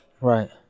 Right